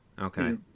Okay